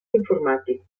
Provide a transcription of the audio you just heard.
informàtic